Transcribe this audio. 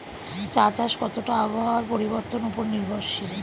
চা চাষ কতটা আবহাওয়ার পরিবর্তন উপর নির্ভরশীল?